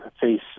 face